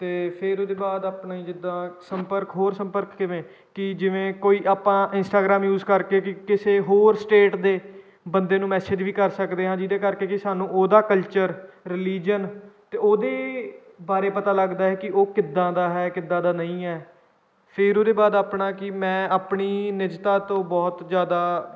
ਅਤੇ ਫਿਰ ਉਹਦੇ ਬਾਅਦ ਆਪਣੀ ਜਿੱਦਾਂ ਸੰਪਰਕ ਹੋਰ ਸੰਪਰਕ ਕਿਵੇਂ ਕਿ ਜਿਵੇਂ ਕੋਈ ਆਪਾਂ ਇੰਸਟਾਗ੍ਰਾਮ ਯੂਜ ਕਰਕੇ ਕਿ ਕਿਸੇ ਹੋਰ ਸਟੇਟ ਦੇ ਬੰਦੇ ਨੂੰ ਮੈਸੇਜ ਵੀ ਕਰ ਸਕਦੇ ਹਾਂ ਜਿਹਦੇ ਕਰਕੇ ਕਿ ਸਾਨੂੰ ਉਹਦਾ ਕਲਚਰ ਰਿਲੀਜਨ ਅਤੇ ਉਹਦੇ ਬਾਰੇ ਪਤਾ ਲੱਗਦਾ ਹੈ ਕਿ ਉਹ ਕਿੱਦਾਂ ਦਾ ਹੈ ਕਿੱਦਾਂ ਦਾ ਨਹੀਂ ਹੈ ਫਿਰ ਉਹਦੇ ਬਾਅਦ ਆਪਣਾ ਕਿ ਮੈਂ ਆਪਣੀ ਨਿਜਤਾ ਤੋਂ ਬਹੁਤ ਜ਼ਿਆਦਾ